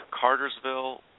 Cartersville